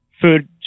food